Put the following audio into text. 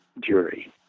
jury